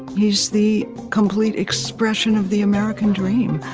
he's the complete expression of the american dream,